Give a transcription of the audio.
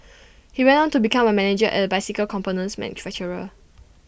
he went on to become A manager at A bicycle components manufacturer